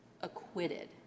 acquitted